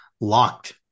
locked